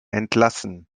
entlassen